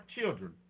children